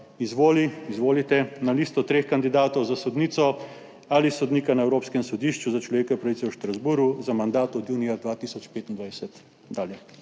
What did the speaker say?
Galiča izvolite na listo treh kandidatov za sodnico ali sodnika na Evropskem sodišču za človekove pravice v Strasbourgu za mandat od junija 2025